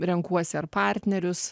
renkuosi ar partnerius